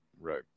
Right